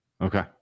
okay